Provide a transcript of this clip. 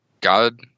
God